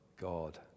God